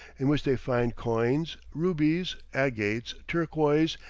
in which they find coins, rubies, agates, turquoise,